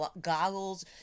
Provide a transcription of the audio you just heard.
goggles